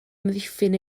amddiffyn